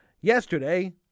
Yesterday